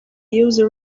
use